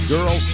Girl